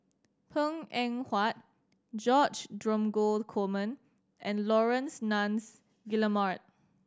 Png Eng Huat George Dromgold Coleman and Laurence Nunns Guillemard